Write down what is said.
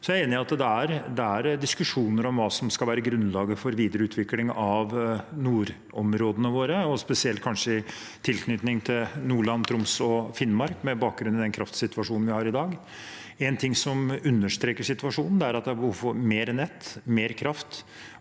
Jeg er enig i at det er diskusjoner om hva som skal være grunnlaget for videre utvikling av nordområdene våre, og kanskje spesielt i tilknytning til Nordland, Troms og Finnmark, med bakgrunn i den kraftsituasjonen vi har i dag. Én ting som understreker situasjonen, er at det er behov for mer nett, mer kraft